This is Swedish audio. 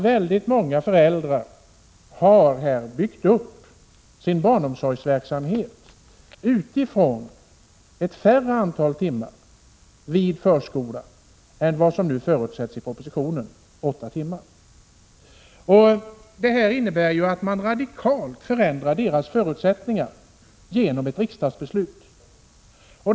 Väldigt många föräldrar har byggt upp sin barnomsorgsverksamhet utifrån ett färre antal timmar i förskola än som nu förutsätts i propositionen, nämligen åtta timmar. Förslaget innebär att deras förutsättningar radikalt förändras genom riksdagsbeslutet.